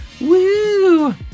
Woo